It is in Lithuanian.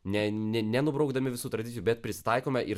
ne ne nenubraukdami visų tradicijų bet prisitaikome ir